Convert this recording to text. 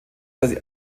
die